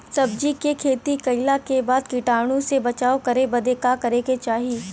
सब्जी के खेती कइला के बाद कीटाणु से बचाव करे बदे का करे के चाही?